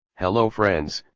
hello friends,